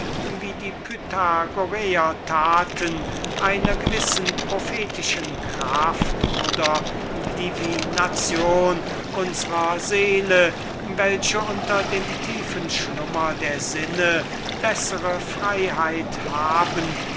wie die pythagoräer taten einer gewissen prophetischen kraft und divination unsrer seele beizumessen welche unter dem tiefen schlummer der sinne bessere freiheit habe